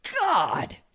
god